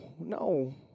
no